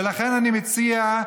ולכן, אני מציע,